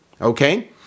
Okay